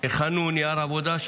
הכנו נייר עבודה.